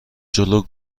جلو